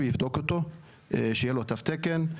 שיהיה לו תו תקן.